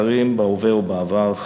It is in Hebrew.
שרים בהווה ובעבר,